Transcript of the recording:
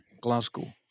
Glasgow